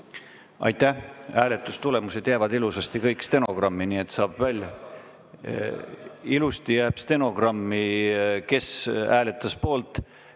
Aitäh! Hääletustulemused jäävad ilusasti kõik stenogrammi, nii et need saab välja võtta. Ilusti jääb stenogrammi, kes hääletas poolt,